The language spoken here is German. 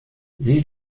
sie